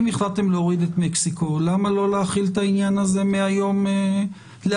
אם החלטתם להוריד את מקסיקו למה לא להחיל את העניין הזה מהיום לאלתר?